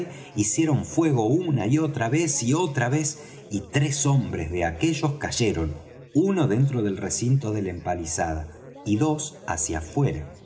hicieron fuego una y otra y otra vez y tres hombres de aquellos cayeron uno dentro del recinto de la empalizada y dos hacia fuera